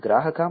ಗ್ರಾಹಕ ರಹಸ್ಯ